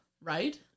right